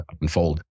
unfold